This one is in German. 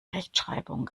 rechtschreibung